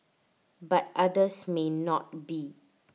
but others may not be